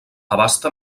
abasta